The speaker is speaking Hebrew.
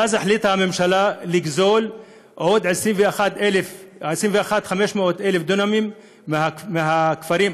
ואז החליטה הממשלה לגזול עוד 21,500 דונמים מהכפרים,